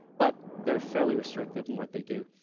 but they're fairly restricted in what they do.